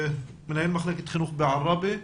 מנהל מחלקת חינוך בעראבה.